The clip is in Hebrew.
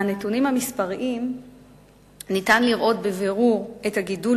מהנתונים המספריים ניתן לראות בבירור את הגידול